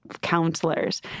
counselors